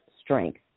strength